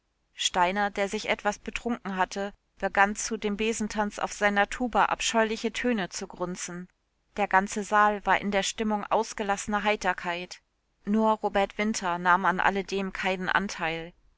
steiner der sich etwas betrunken hatte begann zu dem besentanze auf seiner tuba abscheuliche töne zu grunzen der ganze saal war in der stimmung ausgelassener heiterkeit nur robert winter nahm an alledem keinen anteil